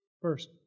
first